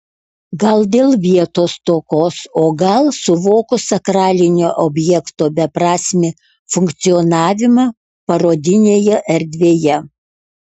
gal dėl vietos stokos o gal suvokus sakralinio objekto beprasmį funkcionavimą parodinėje erdvėje